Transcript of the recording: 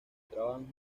trabajan